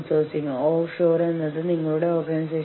കൂടാതെ അവർക്ക് കഴിയുന്നതെന്തും അവർ പറയും